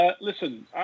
Listen